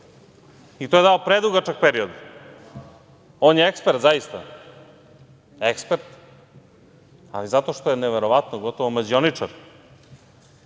i to je dao predugačak period. On je ekspert, zaista, ekspert, ali zato što je neverovatno, gotovo mađioničar,